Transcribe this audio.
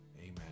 Amen